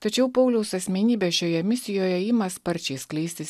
tačiau pauliaus asmenybė šioje misijoje ima sparčiai skleistis